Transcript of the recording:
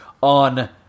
on